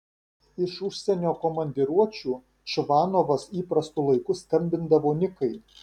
iš užsienio komandiruočių čvanovas įprastu laiku skambindavo nikai